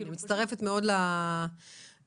אני מצטרפת מאוד לדברים.